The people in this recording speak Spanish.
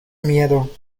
miedo